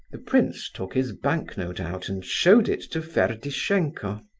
the prince took his banknote out and showed it to ferdishenko.